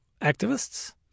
activists